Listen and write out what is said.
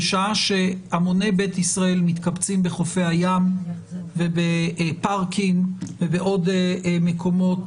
בשעה שהמוני בית ישראל מתקבצים בחופי הים ובפארקים ובעוד מקומות